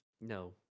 No